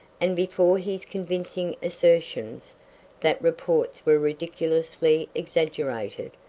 and before his convincing assertions that reports were ridiculously exaggerated,